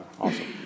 Awesome